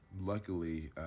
luckily